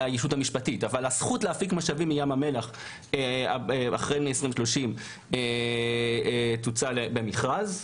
שהזכות להפיק משאבים מים המלח לאחר 2030 תוצע במכרז.